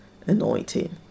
anointing